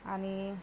आणि